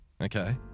Okay